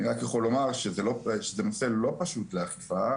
אני רק יכול לומר שזה נושא לא פשוט לאכיפה,